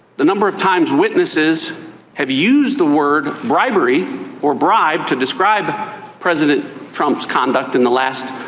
the number of times witnesses have used the word bribery or bribe to describe president trump's conduct in the last.